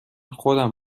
خودم